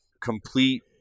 complete